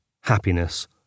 happiness